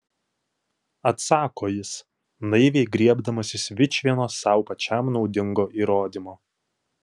atsako jis naiviai griebdamasis vičvieno sau pačiam naudingo įrodymo